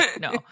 no